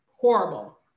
horrible